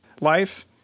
life